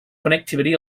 connectivity